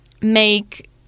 make